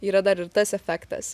yra dar ir tas efektas